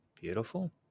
Beautiful